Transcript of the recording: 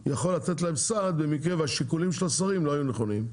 יכול לתת להם סעד במקרה והשיקולים של השרים לא היו נכונים,